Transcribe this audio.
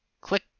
Click